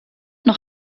noch